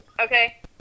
Okay